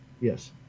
Yes